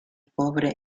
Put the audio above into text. pobre